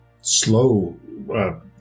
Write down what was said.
slow